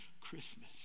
Christmas